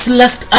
last